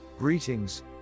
Greetings